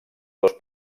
dos